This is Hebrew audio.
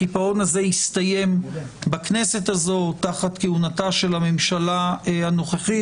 יסתיים בכנסת הזאת, תחת כהונתה של הממשלה הנוכחית.